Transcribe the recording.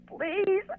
please